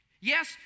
Yes